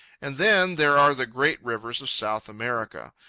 and then there are the great rivers of south america.